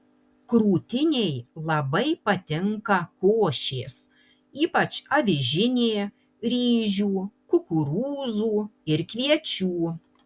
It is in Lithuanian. krūtinei labai patinka košės ypač avižinė ryžių kukurūzų ir kviečių